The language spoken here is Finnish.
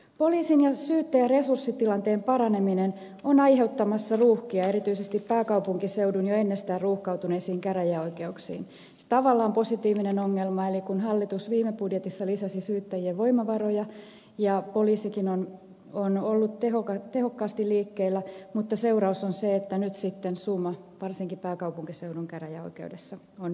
poliisin ja syyttäjien resurssitilanteen paraneminen on aiheuttamassa ruuhkia erityisesti pääkaupunkiseudun jo ennestään ruuhkautuneisiin käräjäoikeuksiin tavallaan positiivinen ongelma eli kun hallitus viime budjetissa lisäsi syyttäjien voimavaroja ja poliisikin on ollut tehokkaasti liikkeellä seuraus on se että nyt sitten suma varsinkin pääkaupunkiseudun käräjäoikeudessa on nähtävissä